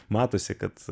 matosi kad